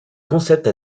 concepts